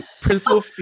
Principal